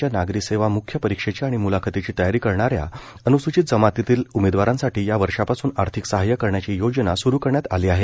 च्या नागरी सेवा म्ख्य परीक्षेची आणि मुलाखतीची तयारी करणाऱ्या अनुसूचित जमातीतील उमेदवारांसाठी या वर्षापासून आर्थिक सहाय्य करण्याची योजना सुरू करण्यात आली आहे